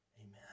Amen